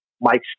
mike